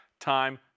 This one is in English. time